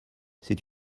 c’est